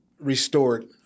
restored